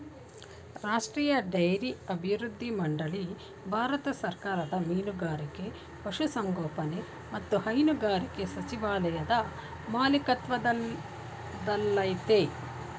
ರಾಷ್ಟ್ರೀಯ ಡೈರಿ ಅಭಿವೃದ್ಧಿ ಮಂಡಳಿ ಭಾರತ ಸರ್ಕಾರದ ಮೀನುಗಾರಿಕೆ ಪಶುಸಂಗೋಪನೆ ಮತ್ತು ಹೈನುಗಾರಿಕೆ ಸಚಿವಾಲಯದ ಮಾಲಿಕತ್ವದಲ್ಲಯ್ತೆ